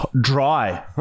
dry